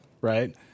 right